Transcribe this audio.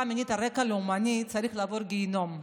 מינית על רקע לאומני צריך לעבור גיהינום,